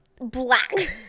Black